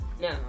No